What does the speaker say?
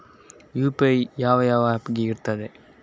UPI ಯಾವ ಯಾವ app ಗೆ ಇರ್ತದೆ?